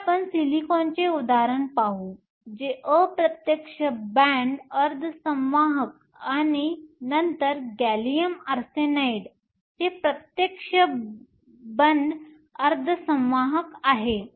तर आपण सिलिकॉनचे उदाहरण पाहू जे अप्रत्यक्ष बॅण्ड अर्धसंवाहक आहे आणि नंतर गॅलियम आर्सेनाइड जे प्रत्यक्ष बॅण्ड अर्धसंवाहक आहे